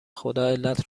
خداعلت